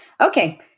okay